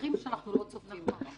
למקרים שאנחנו לא צופים אותם.